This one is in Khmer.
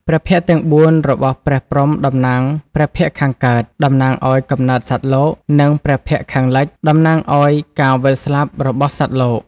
ព្រះភ័ក្ត្រទាំង៤ របស់ព្រះព្រហ្មតំណាង ព្រះភ័ក្ត្រខាងកើត តំណាងឱ្យកំណើតសត្វលោក និង ព្រះភ័ក្ត្រខាងលិច តំណាងឱ្យការវិលស្លាប់របស់សត្វលោក។។